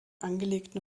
angelegten